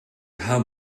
how